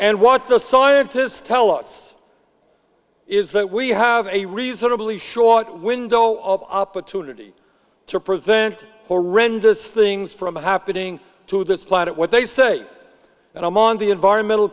and what the scientists tell us is that we have a reasonably short window of opportunity to prevent horrendous things from happening to this planet what they say and i'm on the environmental